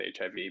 HIV